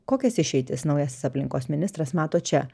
kokias išeitis naujasis aplinkos ministras mato čia